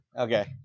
okay